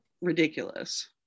Ridiculous